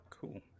cool